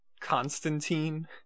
Constantine